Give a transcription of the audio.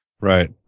right